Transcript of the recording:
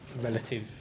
relative